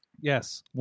Yes